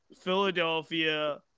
Philadelphia